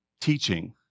teaching